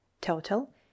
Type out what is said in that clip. total